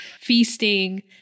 feasting